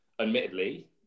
Admittedly